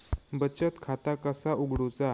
बचत खाता कसा उघडूचा?